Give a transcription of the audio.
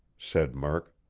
said murk.